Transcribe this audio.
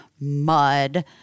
mud